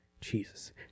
Jesus